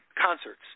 concerts